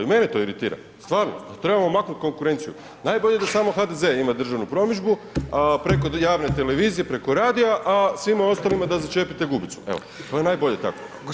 I mene to iritira, stvarno, trebamo maknuti konkurenciju, najbolje da samo HDZ ima državnu promidžbu, preko javne televizije, preko radija, a svima ostalima da začepite gubicu, evo, to je najbolje tako.